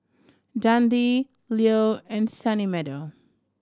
Dundee Leo and Sunny Meadow